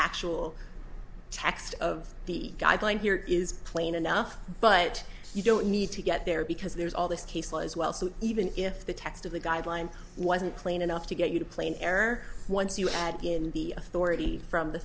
actual text of the guideline here is plain enough but you don't need to get there because there's all this case law as well so even if the text of the guideline wasn't clean enough to get you to play in error once you had given the authority from the